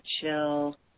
chill